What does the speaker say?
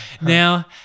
Now